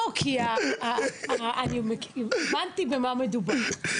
לא, אני הבנתי במה מדובר.